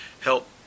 help